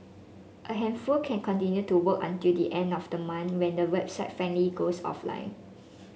a handful can continue to work until the end of the month when the website finally goes offline